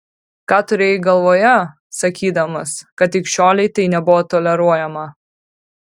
ką turėjai galvoje sakydamas kad ikšiolei tai nebuvo toleruojama